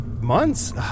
months